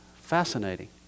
fascinating